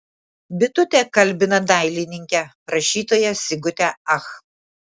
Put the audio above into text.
bitutė kalbina dailininkę rašytoją sigutę ach